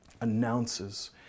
announces